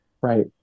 Right